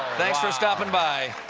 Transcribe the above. thanks for stopping by.